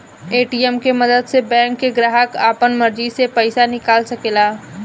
ATM के मदद से बैंक के ग्राहक आपना मर्जी से पइसा निकाल सकेला